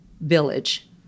village